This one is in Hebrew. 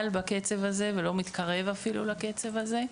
בקצב הזה ואפילו לא מתקרב לקצב הזה.